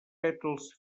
pètals